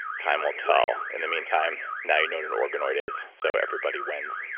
time will tell. in the meantime, now you know what an organoid is. so, everybody wins